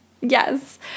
yes